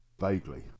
Vaguely